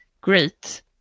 great